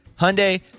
Hyundai